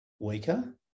weaker